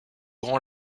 grand